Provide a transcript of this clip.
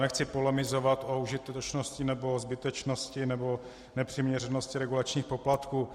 Nechci polemizovat o užitečnosti nebo o zbytečnosti nebo nepřiměřenosti regulačních poplatků.